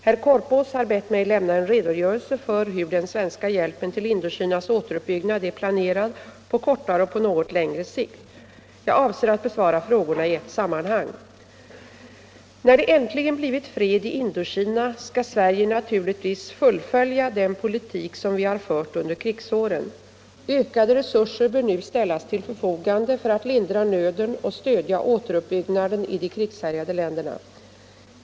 Herr Korpås har bett mig lämna en redogörelse för hur den svenska hjälpen till Indokinas återuppbyggnad är planerad på kortare och på något längre sikt. Jag avser att besvara frågorna i ett sammanhang. När det äntligen blivit fred i Indokina skall Sverige naturligtvis fullfölja den politik som vi har fört under krigsåren. Ökade resurser bör nu ställas till förfogande för att lindra nöden och stödja återuppbyggnaden i de krigshärjade länderna.